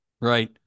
right